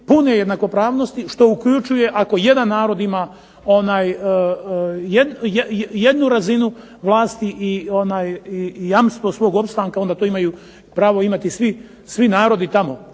pune jednakopravnosti, što uključuje ako jedan narod ima jednu razinu vlasti i jamstvo svog opstanka onda to imaju pravo imati svi narodi tamo.